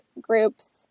groups